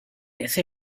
ese